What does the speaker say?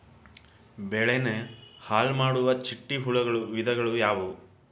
ಬೆಳೆನ ಹಾಳುಮಾಡುವ ಚಿಟ್ಟೆ ಹುಳುಗಳ ವಿಧಗಳು ಯಾವವು?